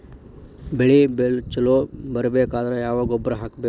ಬೆಳಿ ಛಲೋ ಬರಬೇಕಾದರ ಯಾವ ಗೊಬ್ಬರ ಹಾಕಬೇಕು?